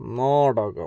നാടകം